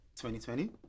2020